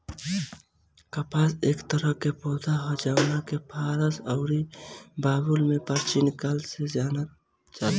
कपास एक तरह के पौधा ह जवना के फारस अउरी बाबुल में प्राचीन काल से जानल जाता